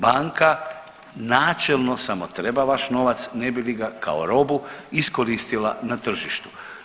Banka načelno samo treba vaš novac ne bi li ga kao robu iskoristila na tržištu.